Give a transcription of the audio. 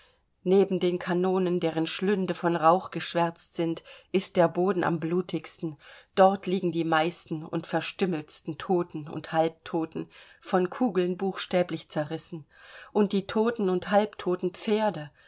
neben den kanonen deren schlünde von rauch geschwärzt sind ist der boden am blutigsten dort liegen die meisten und verstümmeltsten toten und halbtoten von kugeln buchstäblich zerrissen und die toten und halbtoten pferde